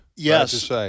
Yes